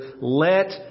let